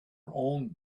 own